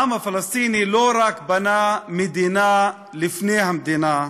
העם הפלסטיני לא רק בנה מדינה לפני המדינה,